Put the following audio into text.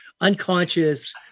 unconscious